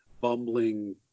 bumbling